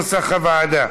הוועדה.